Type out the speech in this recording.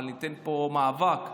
אבל ניתן פה מאבק,